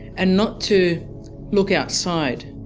and not to look outside.